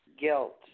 guilt